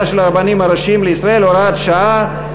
של הרבנים הראשיים לישראל) (הוראת שעה),